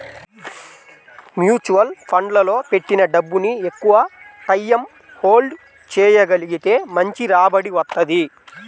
mutual ఫండ్లలో పెట్టిన డబ్బుని ఎక్కువటైయ్యం హోల్డ్ చెయ్యగలిగితే మంచి రాబడి వత్తది